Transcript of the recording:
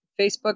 Facebook